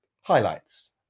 highlights